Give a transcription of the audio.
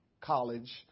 college